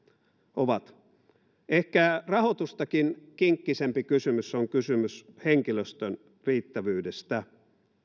ovat ehkä rahoitustakin kinkkisempi kysymys on kysymys henkilöstön riittävyydestä